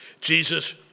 Jesus